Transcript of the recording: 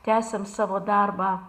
tęsiam savo darbą